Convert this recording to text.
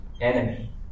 enemy